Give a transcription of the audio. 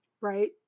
Right